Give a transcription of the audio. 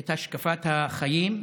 את השקפת החיים,